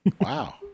Wow